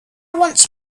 want